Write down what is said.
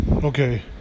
Okay